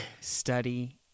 Study